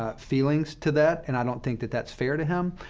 ah feelings to that, and i don't think that that's fair to him.